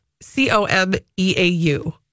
C-O-M-E-A-U